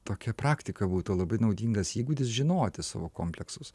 tokia praktika būtų labai naudingas įgūdis žinoti savo kompleksus